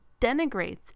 denigrates